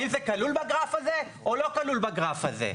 האם זה כלול בגרף הזה או לא כלול בגרף הזה?